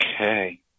okay